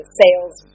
sale's